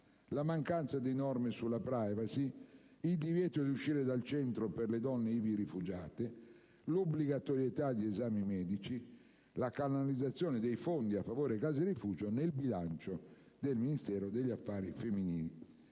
la mancanza di norme sulla *privacy*; il divieto di uscire dal centro per le donne ivi rifugiate; l'obbligatorietà di esami medici; la canalizzazione dei fondi a favore delle case rifugio nel bilancio del Ministero degli affari femminili.